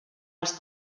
els